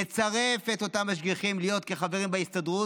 לצרף את אותם משגיחים להיות חברים בהסתדרות,